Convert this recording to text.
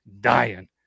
dying